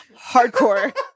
Hardcore